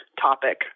topic